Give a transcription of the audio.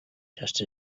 just